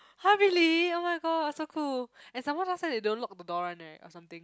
!huh! really oh-my-god so cool and some more last time they don't lock the door one right or something